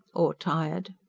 or tired.